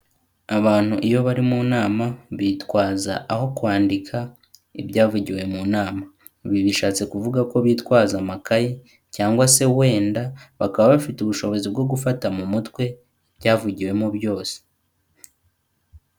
Abantu iyo bari mu nama, bitwaza aho kwandika ibyavugiwe mu nama. Ibi bishatse kuvuga ko bitwaza amakayi, cyangwa se wenda bakaba bafite ubushobozi bwo gufata mu mutwe, ibyavugiwemo byose.